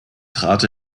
trat